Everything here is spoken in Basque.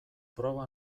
proba